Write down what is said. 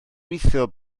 gweithio